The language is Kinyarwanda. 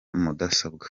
mudasobwa